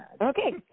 Okay